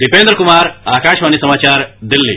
दीपेन्द्र कुमार आकाशवाणी समाचार दिल्ली